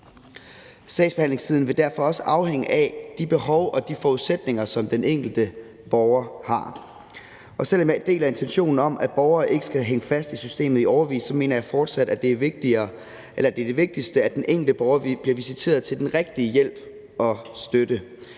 Sagsbehandlingstiden vil derfor også afhænge af de behov og de forudsætninger, som den enkelte borger har. Selv om jeg deler intentionen om, at borgere ikke skal hænge fast i systemet i årevis, mener jeg fortsat, at det vigtigste er, at den enkelte borger bliver visiteret til den rigtige hjælp og støtte.